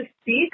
speak